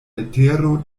letero